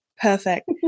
perfect